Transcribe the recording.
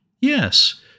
Yes